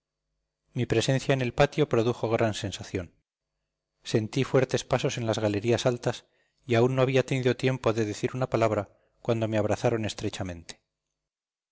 mi presencia en el patio produjo gran sensación sentí fuertes pasos en las galerías altas y aún no había tenido tiempo de decir una palabra cuando me abrazaron estrechamente